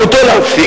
גם אותו להפסיק.